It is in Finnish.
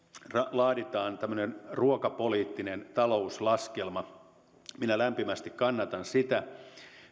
laaditaan tämmöinen ruokapoliittinen talouslaskelma minä lämpimästi kannatan sitä